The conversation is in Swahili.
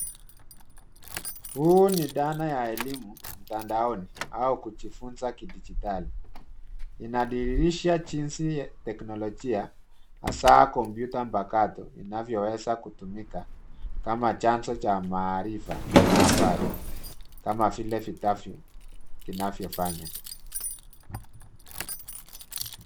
Huu ni dhana ya elimu mtandaoni au kujifunza kidijitali. Inadhirisha jinsi teknolojia, hasa kompyuta mpakato, inavyoweza kutumika kama chanzo cha maarifa na habari, kama vile vitafyu vinavyofanya.